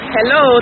Hello